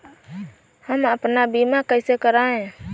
हम अपना बीमा कैसे कराए?